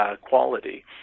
quality